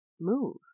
move